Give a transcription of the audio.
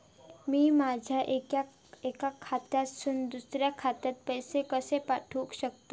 मी माझ्या एक्या खात्यासून दुसऱ्या खात्यात पैसे कशे पाठउक शकतय?